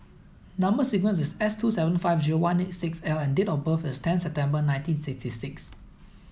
number sequence is S two seven five zero one eight six L and date of birth is ten September nineteen sixty six